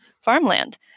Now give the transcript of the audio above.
farmland